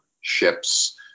ships